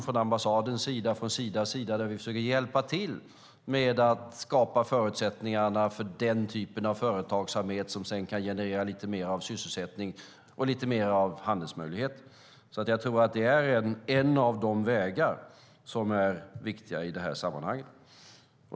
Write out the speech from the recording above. Från ambassadens och Sidas sida har vi ett program där vi försöker hjälpa till med att skapa förutsättningar för den typ av företagsamhet som sedan kan generera lite mer av sysselsättning och handelsmöjligheter. Jag tror att det är en av de vägar som är viktiga i det här sammanhanget.